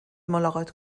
ملاقات